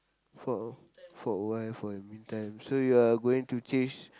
for for a while for a meantime so you are going to change